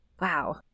Wow